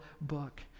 book